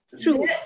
True